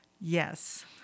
Yes